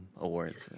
awards